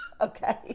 okay